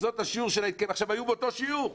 הן היו באותו שיעור,